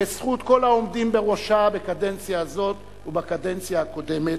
בזכות העומדים בראשה בקדנציה הזאת ובקדנציה הקודמת,